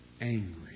angry